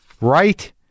right